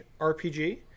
rpg